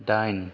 दाइन